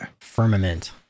Firmament